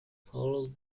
followed